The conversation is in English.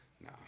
No